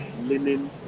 linen